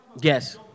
Yes